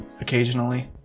occasionally